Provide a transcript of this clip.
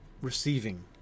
receiving